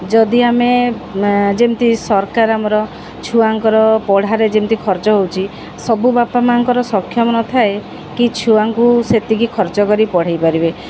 ଯଦି ଆମେ ଯେମିତି ସରକାର ଆମର ଛୁଆଙ୍କର ପଢ଼ାରେ ଯେମିତି ଖର୍ଚ୍ଚ ହେଉଛି ସବୁ ବାପା ମାଆଙ୍କର ସକ୍ଷମ ନଥାଏ କି ଛୁଆଙ୍କୁ ସେତିକି ଖର୍ଚ୍ଚ କରି ପଢ଼ାଇ ପାରିବେ